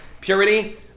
purity